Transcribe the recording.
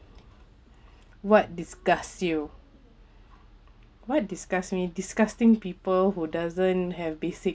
what disgusts you what disgusts me disgusting people who doesn't have basic